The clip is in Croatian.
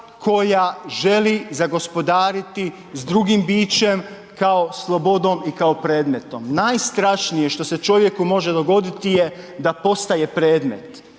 koja želi zagospodariti s drugim bićem kao slobodom i kao predmetom. Najstrašnije što se čovjeku može dogoditi je da postaje predmet,